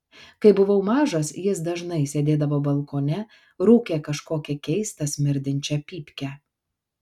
kai buvau mažas jis dažnai sėdėdavo balkone rūkė kažkokią keistą smirdinčią pypkę